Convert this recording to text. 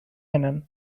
linen